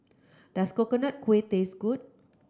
does Coconut Kuih taste good